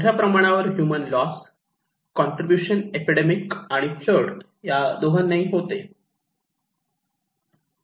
मोठ्या प्रमाणावर human loss contribution epidemic आणि आणि फ्लड या दोघांनेही होते